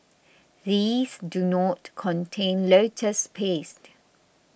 these do not contain lotus paste